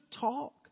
talk